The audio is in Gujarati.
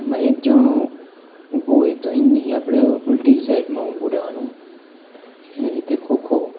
એમાં એક જણો ઊભો હોય તો એની આપણે ઊલટી સાઈડમાં ઊભું રહેવાનું એ રીતે ખોખો